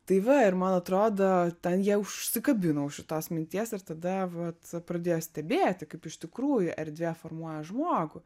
tai va ir man atrodo ten jie užsikabino už tos minties ir tada vat pradėjo stebėti kaip iš tikrųjų erdvė formuoja žmogų